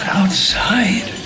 outside